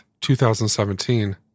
2017